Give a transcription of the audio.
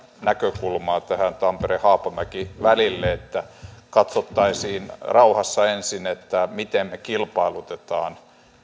näkökulmaa tähän tampere haapamäki välille että katsottaisiin rauhassa ensin miten me kilpailutamme